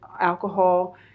alcohol